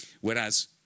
Whereas